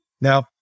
Now